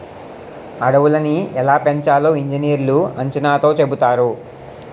అడవులని ఎలా పెంచాలో ఇంజనీర్లు అంచనాతో చెబుతారు